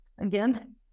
again